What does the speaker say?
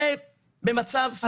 את זה עושים במצב סדיר.